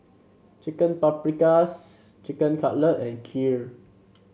Chicken Paprikas Chicken Cutlet and Kheer